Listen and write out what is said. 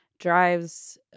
drives